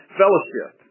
fellowship